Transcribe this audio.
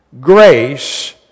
grace